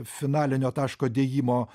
finalinio taško dėjimo